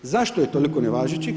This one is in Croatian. Zašto je toliko nevažećih?